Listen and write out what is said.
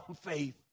faith